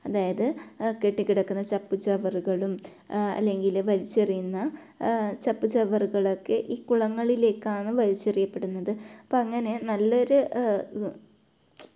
അതായത് കെട്ടിക്കിടക്കുന്ന ചപ്പ് ചവറുകളും അല്ലെങ്കിൽ വലിച്ചെറിയുന്ന ചപ്പു ചവറുകളൊക്കെ ഈ കുളങ്ങളിലേക്കാണ് വലിച്ചെറിയപ്പെടുന്നത് അപ്പം അങ്ങനെ നല്ലൊരു